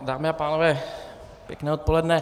Dámy a pánové, pěkné odpoledne.